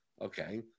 Okay